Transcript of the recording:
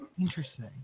interesting